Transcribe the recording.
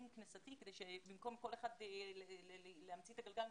פנים-כנסתי כדי שבמקום שכל אחד ימציא את הגלגל מחדש,